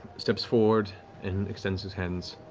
steps forward and extends his hands.